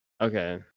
Okay